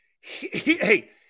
Hey